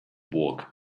work